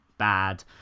bad